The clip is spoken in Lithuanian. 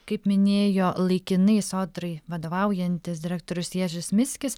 kaip minėjo laikinai sodrai vadovaujantis direktorius ježis miskis